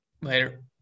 Later